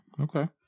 Okay